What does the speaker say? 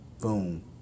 boom